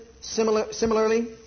similarly